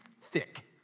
thick